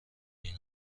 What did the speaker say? این